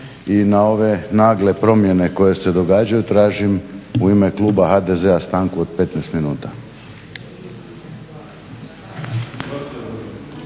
i na ove nagle promjene koje se događaju tražim u ime kluba HDZ-a stanku od 15 minuta.